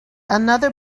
another